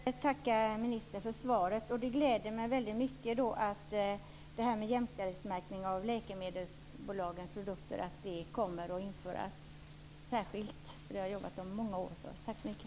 Fru talman! Jag vill tacka ministern för svaret. Det gläder mig mycket att jämställdhetsmärkning av läkemedelsbolagens produkter kommer att införas. Det är något som jag har jobbat i många år för. Tack så mycket.